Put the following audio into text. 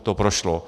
To prošlo.